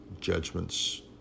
judgments